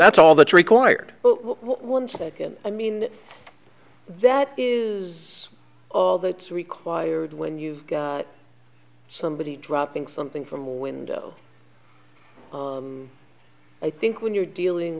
that's all that's required one second i mean that is all that's required when you've got somebody dropping something from a window i think when you're dealing